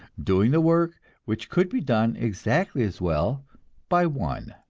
doing the work which could be done exactly as well by one.